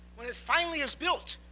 when it finally is built,